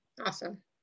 Awesome